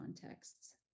contexts